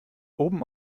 oben